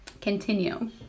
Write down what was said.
continue